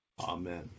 Amen